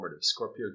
Scorpio